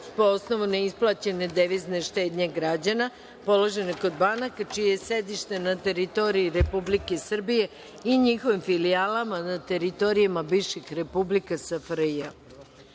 po osnovu neisplaćene devizne štednje građana položene kod banaka čije je sedište na teritoriji Republike Srbije i njihovim filijalama na teritorijama bivših republika